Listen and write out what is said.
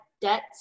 debts